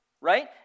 right